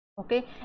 okay